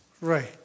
right